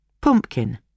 Pumpkin